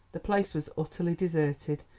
the place was utterly deserted,